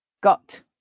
Got